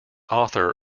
author